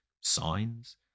signs